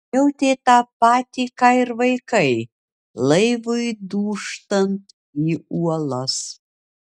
jautė tą patį ką ir vaikai laivui dūžtant į uolas